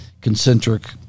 concentric